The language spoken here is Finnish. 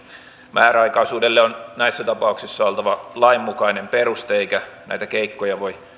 määräaikaisuudelle on näissä tapauksissa oltava lainmukainen peruste eikä näitä keikkoja voi